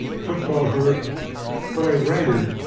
football hurt but i ran,